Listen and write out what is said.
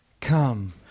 Come